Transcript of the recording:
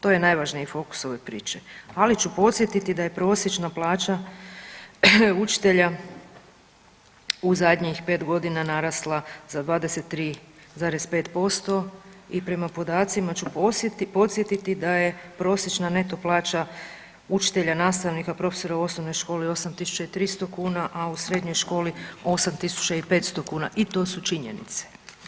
To je najvažniji fokus ove priče, ali ću podsjetiti da je prosječna plaća učitelja u zadnjih 5.g. narasla za 23,5% i prema podacima ću podsjetiti da je prosječna neto plaća učitelja, nastavnika i profesora u osnovnoj školi 8.300 kuna, a u srednjoj školi 8.500 kuna i to su činjenice.